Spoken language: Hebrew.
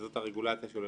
וזאת הרגולציה שלו,